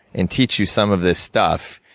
and teach you some of this stuff,